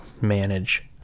manage